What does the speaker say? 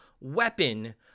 weapon